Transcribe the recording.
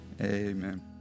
amen